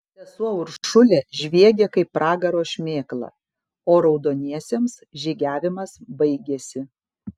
sesuo uršulė žviegė kaip pragaro šmėkla o raudoniesiems žygiavimas baigėsi